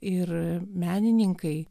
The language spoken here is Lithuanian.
ir menininkai